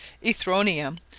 erythronium,